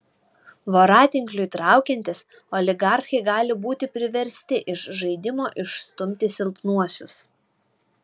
voratinkliui traukiantis oligarchai gali būti priversti iš žaidimo išstumti silpnuosius